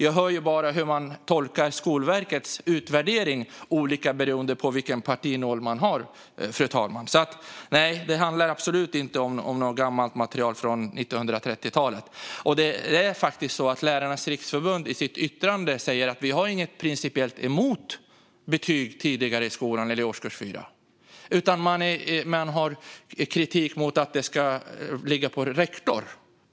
Jag hör ju hur man tolkar Skolverkets utvärdering olika beroende på vilken partinål man har, fru talman. Det handlar absolut inte om något gammalt material från 1930-talet. Det är faktiskt så att Lärarnas Riksförbund i sitt yttrande säger att man inte har något principiellt emot tidigare betyg i skolan, eller i årskurs 4, utan att man har kritik mot att detta ska ligga på rektorn.